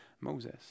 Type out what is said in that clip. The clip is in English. Moses